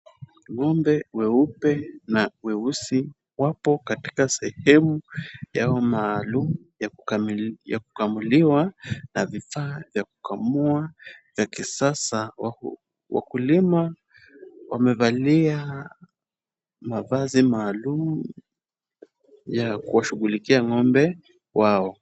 Ng'ombe weupe na weusi wako katika sehemu yao maalum ya kukamuliwa na vifaa vya kukamua vya kisasa. Wakulima wamevalia mavazi maalum ya kuwashughulikia ng'ombe hao.